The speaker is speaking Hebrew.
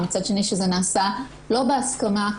מצד שני שזה נעשה לא בהסכמה,